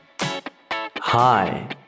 Hi